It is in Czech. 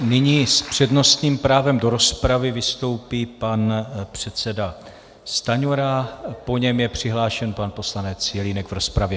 Nyní s přednostním právem do rozpravy vystoupí pan předseda Stanjura a po něm je přihlášen pan poslanec Jelínek v rozpravě.